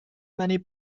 many